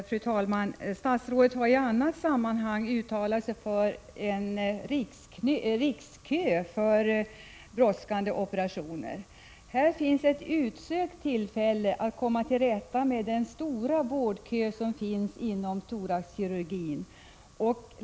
Fru talman! Statsrådet har i annat sammanhang uttalat sig för en rikskö för brådskande operationer, och här finns ett utsökt tillfälle att komma till rätta med den långa vårdkön inom thoraxkirurgin.